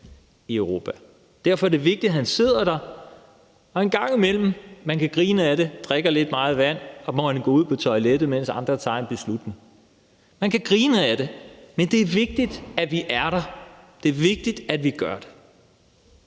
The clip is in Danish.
i Europa. Derfor er det vigtigt, at han sidder der og en gang imellem – man kan grine af det – drikker lidt meget vand og må gå ud på toilettet, mens andre tager en beslutning. Man kan grine af det, men det er vigtigt, at vi er der. Det er vigtigt, at vi gør det.